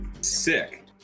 sick